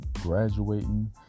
graduating